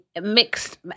mixed